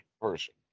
person